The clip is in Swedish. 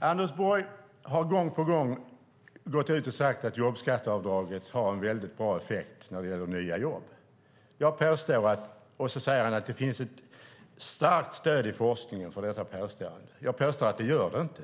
Anders Borg har gång på gång gått ut och sagt att jobbskatteavdraget har en mycket bra effekt när det gäller nya jobb, och så säger han att det finns starkt stöd i forskningen för detta påstående. Jag menar att det inte gör det.